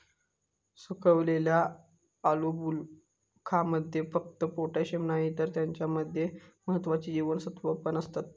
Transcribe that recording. सुखवलेल्या आलुबुखारमध्ये फक्त पोटॅशिअम नाही तर त्याच्या मध्ये महत्त्वाची जीवनसत्त्वा पण असतत